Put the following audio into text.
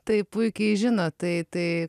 tai puikiai žino tai tai